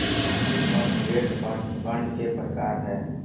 equity fund, debt fund fund के प्रकार हय